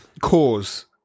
Cause